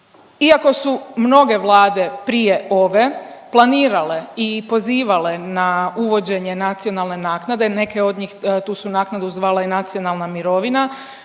Iako su mnoge Vlade prije ove planirale i pozivale na uvođenje nacionalne naknade, neke od njih tu su naknadu zvale i nacionalna mirovina,